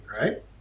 right